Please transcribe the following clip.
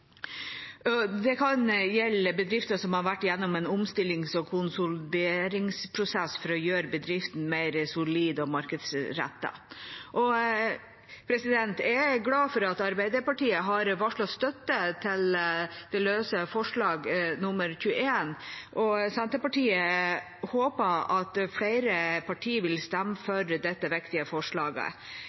Det kan gjelde bedrifter som har vært gjennom en omstillings- og konsolideringsprosess for å gjøre bedriften mer solid og markedsrettet. Jeg er glad for at Arbeiderpartiet har varslet støtte til det løse forslaget, forslag nr. 21, og Senterpartiet håper at flere parti vil stemme for dette viktige forslaget.